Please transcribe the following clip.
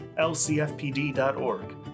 lcfpd.org